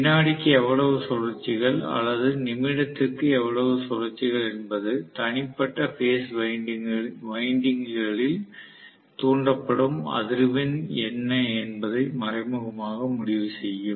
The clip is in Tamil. வினாடிக்கு எவ்வளவு சுழற்சிகள் அல்லது நிமிடத்திற்கு எவ்வளவு சுழற்சிகள் என்பது தனிப்பட்ட பேஸ் வைண்டிங்குகளில் தூண்டப்படும் அதிர்வெண் என்ன என்பதை மறைமுகமாக முடிவு செய்யும்